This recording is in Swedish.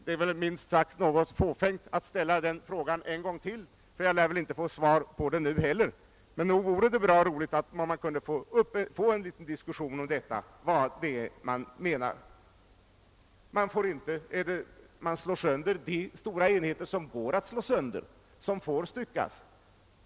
Det är minst sagt något fåfängt att ställa den frågan ännu en gång — jag lär väl inte få något svar den här gången heller. Men nog vore det roligt om man kunde få i gång en diskussion om vad regeringen egentligen vill. Man slår sönder de stora enheter som går att slå sönder, sådana som får styckas.